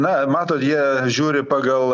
na matot jie žiūri pagal